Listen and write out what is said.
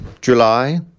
July